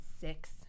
six